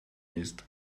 ist